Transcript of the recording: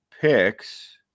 picks